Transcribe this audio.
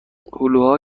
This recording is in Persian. هلوها